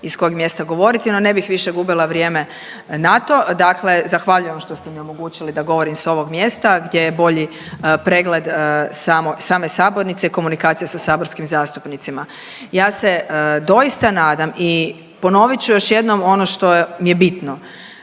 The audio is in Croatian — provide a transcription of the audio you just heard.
i s kojeg mjesta govoriti, no ne bih više gubila vrijeme na to. Dakle, zahvaljujem što ste mi omogućili da govorim s ovog mjesta gdje je bolji pregled same sabornice i komunikacije sa saborskim zastupnicima. Ja se doista nadam i ponovit ću još jednom ono što mi je bitno,